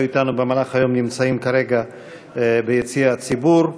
אתנו במהלך היום נמצאים כרגע ביציע הציבור.